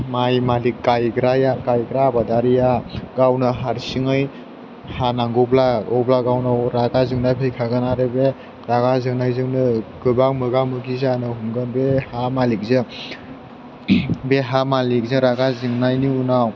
माइ मालिक गायग्रा आबादारिया गावनो हारसिङै हानांगौब्ला अब्ला गावनाव रागा जोंनाय फैखायगोन आरो बे रागा जोंनायजोंनो गोबां मोगा मोगि जानो हमगोन बे हा मालिकजों बे हा मालिकजों रागा जोंनायनि उनाव